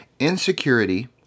Insecurity